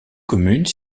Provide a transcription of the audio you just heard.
commune